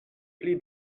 pli